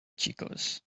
chicos